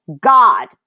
God